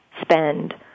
spend